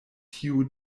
tiu